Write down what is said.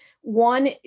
One